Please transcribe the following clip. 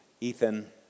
Ethan